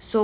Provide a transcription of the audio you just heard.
so